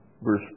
Verse